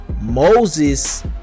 Moses